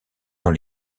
dans